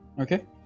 Okay